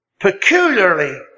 peculiarly